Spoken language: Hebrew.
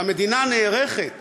והמדינה נערכת,